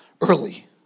early